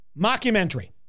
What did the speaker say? Mockumentary